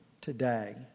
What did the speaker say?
today